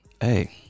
Hey